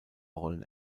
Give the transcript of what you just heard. rollen